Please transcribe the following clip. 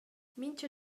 mintga